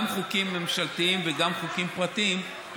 גם חוקים ממשלתיים וגם חוקים פרטיים.